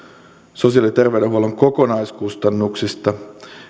sosiaali ja terveydenhuollon kokonaiskustannuksista